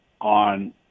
on